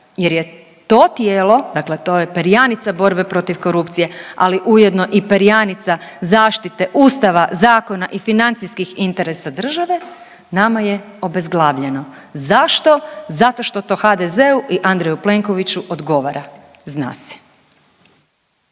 jer je to tijelo, dakle to je perjanica borbe protiv korupcije, ali ujedno i perjanica zaštite Ustava, zakona i financijskih interesa države nama je obezglavljeno. Zašto? Zato što to HDZ-u i Andreju Plenkoviću odgovara – zna se.